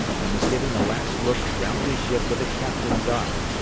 and was giving a last look round his ship with a captain's eye,